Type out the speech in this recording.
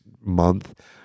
month